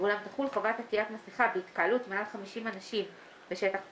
ואולם תחול חובת עטיית מסכה בהתקהלות מעל 50 אנשים בשטח פתוח,